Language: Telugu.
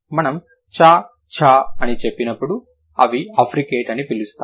మనము చ ఛ అని చెప్పినప్పుడు వాటిని అఫ్రికేట్ అని పిలుస్తాము